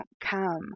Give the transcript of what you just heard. come